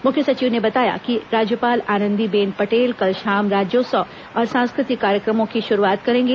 मुख्य सचिव ने बताया कि राज्यपाल आनंदीबेन पटेल कल शाम राज्योत्सव और सांस्कृतिक कार्यक्रमों की शुरूआत करेंगी